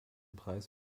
preis